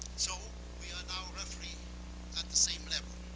so we are now roughly at the same level.